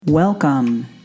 Welcome